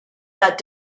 that